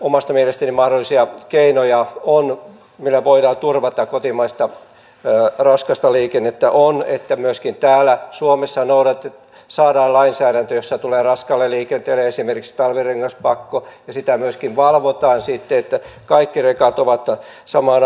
omasta mielestäni mahdollinen keino millä voidaan turvata kotimaista raskasta liikennettä on se että myöskin täällä suomessa saadaan lainsäädäntö jossa tulee raskaalle liikenteelle esimerkiksi talvirengaspakko ja sitä myöskin sitten valvotaan niin että kaikki rekat ovat samanarvoisia